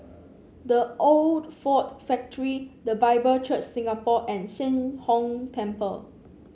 The Old Ford Factory The Bible Church Singapore and Sheng Hong Temple